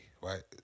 Right